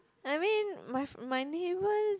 I mean my my neighbour